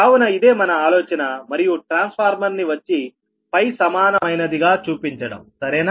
కావున ఇదే మన ఆలోచన మరియు ట్రాన్స్ఫార్మర్ ని వచ్చి సమానమైనదిగా చూపించడం సరేనా